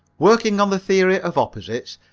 working on the theory of opposites,